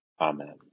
Amen